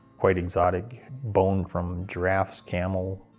quite exotic bone from giraffes, camel,